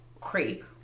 Creep